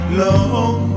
long